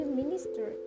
minister